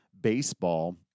baseball